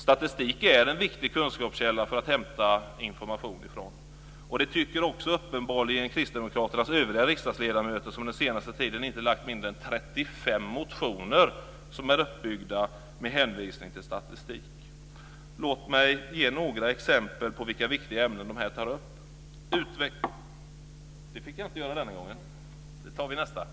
Statistik är en viktig kunskapskälla att hämta information ifrån. Det tycker också uppenbarligen Kristdemokraternas övriga riksdagsledamöter som den senaste tiden lagt inte mindre än 35 motioner som är uppbyggda med hänvisning till statistik. Låt mig ge några exempel på vilka viktiga ämnen de här tar upp, men det hinner jag inte med den här gången. Det får vi ta nästa gång.